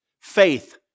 Faith